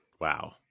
Wow